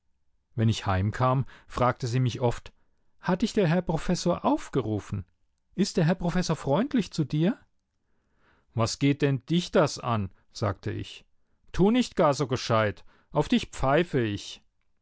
wenn ich heimkam fragte sie mich oft hat dich der herr professor aufgerufen ist der herr professor freundlich zu dir was geht denn dich das an sagte ich tu nicht gar so gescheit auf dich pfeife ich